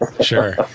Sure